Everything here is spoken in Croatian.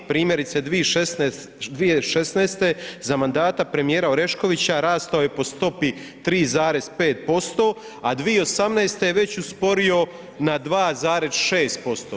Primjerice 2016. za mandata premijera Oreškovića rastao je po stopi 3,5% a 2018. je već usporio na 2,6%